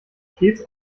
stets